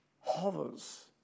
hovers